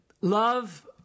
Love